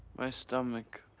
my stomach.